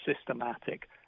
systematic